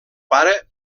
pare